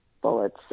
bullets